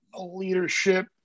leadership